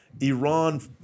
Iran